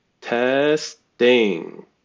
Testing